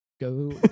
go